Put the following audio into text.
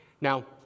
Now